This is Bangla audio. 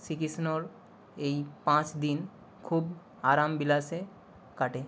শ্রীকৃষ্ণর এই পাঁচ দিন খুব আরাম বিলাসে কাটে